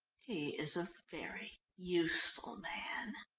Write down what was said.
he is a very useful man.